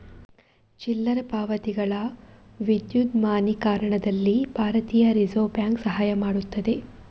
ಚಿಲ್ಲರೆ ಪಾವತಿಗಳ ವಿದ್ಯುನ್ಮಾನೀಕರಣದಲ್ಲಿ ಭಾರತೀಯ ರಿಸರ್ವ್ ಬ್ಯಾಂಕ್ ಸಹಾಯ ಮಾಡುತ್ತದೆ